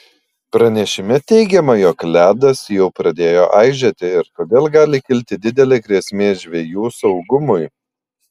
pranešime teigiama jog ledas jau pradėjo aižėti ir todėl gali kilti didelė grėsmė žvejų saugumui